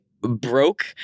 broke